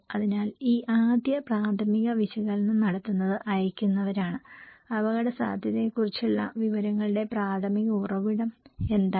അതിനാൽ ഈ ആദ്യ പ്രാഥമിക വിശകലനം നടത്തുന്നത് അയക്കുന്നവരാണ് അപകടസാധ്യതയെക്കുറിച്ചുള്ള വിവരങ്ങളുടെ പ്രാഥമിക ഉറവിടം എന്താണ്